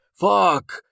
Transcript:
Fuck